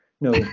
No